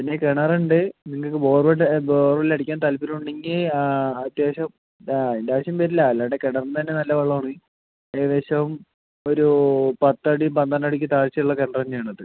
പിന്നെ കിണറുണ്ട് നിങ്ങൾക്ക് ബോർവെൽഡ് ബോർവെൽ അടിക്കാൻ താല്പര്യമുണ്ടെങ്കിൽ അത്യാവശ്യം അതിൻ്റെ ആവശ്യം വരില്ല അല്ലാണ്ട് കിണറിൽ നിന്ന് തന്നെ നല്ല വെള്ളമാണ് ഏകദേശം ഒരൂ പത്തടി പന്ത്രണ്ട് അടിക്ക് താഴ്ചയുളള കിണറ് തന്നെയാണത്